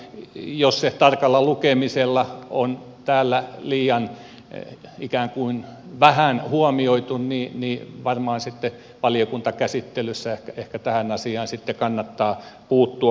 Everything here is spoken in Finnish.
jos se tarkalla lukemisella on täällä ikään kuin liian vähän huomioitu niin varmaan sitten valiokuntakäsittelyssä ehkä tähän asiaan kannattaa puuttua